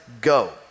go